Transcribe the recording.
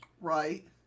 Right